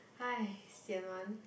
!hais! sian one